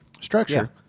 Structure